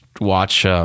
watch